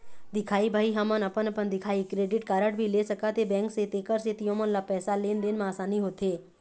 दिखाही भाई हमन अपन अपन दिखाही क्रेडिट कारड भी ले सकाथे बैंक से तेकर सेंथी ओमन ला पैसा लेन देन मा आसानी होथे?